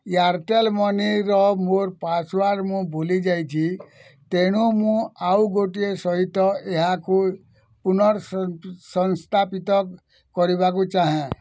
Airtel ମନିର ମୋର password ମୁଁ ଭୁଲି ଯାଇଛି ତେଣୁ ମୁଁ ଆଉ ଗୋଟିଏ ସହିତ ଏହାକୁ ପୁର୍ନ ସଂସ୍ଥାପିତ କରିବାକୁ ଚାହେଁ